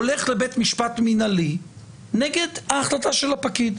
הולך לבית משפט מינהלי נגד ההחלטה של הפקיד.